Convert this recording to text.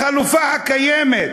החלופה הקיימת,